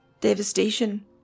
devastation